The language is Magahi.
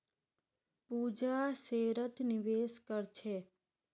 पूजा शेयरत निवेश कर छे